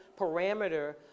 parameter